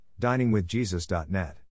DiningWithJesus.net